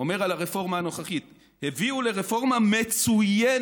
אומר על הרפורמה הנוכחית: "הביאו לרפורמה מצוינת"